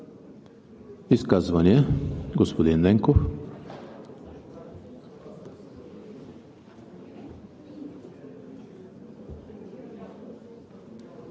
Изказвания? Господин Ненков.